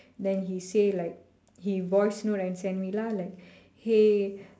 then he say like he voice note and send me lah like hey